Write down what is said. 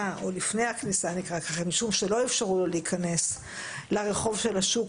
או לפני הכניסה משום שלא אפשרו לו להיכנס לרחוב של השוק